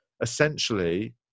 essentially